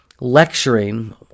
lecturing